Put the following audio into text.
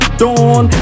dawn